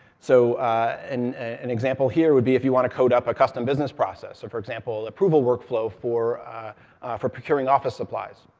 so an an example here would be if you want to code up a custom business process so, for example, approval work flow for for procuring office supplies.